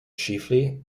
chiefly